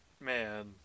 man